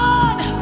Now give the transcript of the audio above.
one